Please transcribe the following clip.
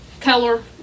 color